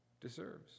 deserves